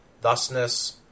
Thusness